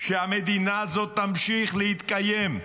שהמדינה הזאת תמשיך להתקיים,